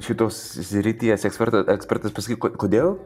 šitos srities ekspertas ekspertas pasakyk kodėl